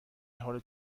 حال